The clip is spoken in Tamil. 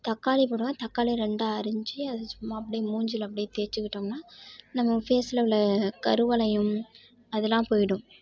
தக்காளி போடுவேன் தக்காளியை ரெண்டாக அரிஞ்சு அதை சும்மா அப்படியே மூஞ்சியில அப்படியே தேய்ச்சிக்கிட்டோம்னா நம்ம ஃபேஸ்ல உள்ள கருவளையம் அதெலாம் போய்விடும்